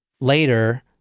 later